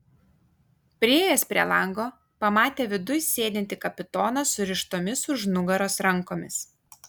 priėjęs prie lango pamatė viduj sėdintį kapitoną surištomis už nugaros rankomis